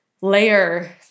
layer